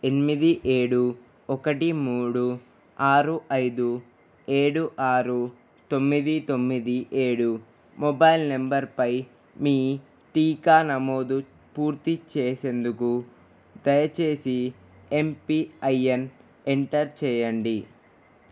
ఎనిమిది ఏడు ఒకటి మూడు ఆరు అయిదు ఏడు ఆరు తొమ్మిది తొమ్మిది ఏడు మొబైల్ నంబర్పై మీ టీకా నమోదు పూర్తి చేసేందుకు దయచేసి ఎంపిఐఎన్ ఎంటర్ చేయండి